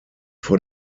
vor